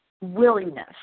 willingness